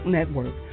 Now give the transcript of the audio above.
Network